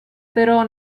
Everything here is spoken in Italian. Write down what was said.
però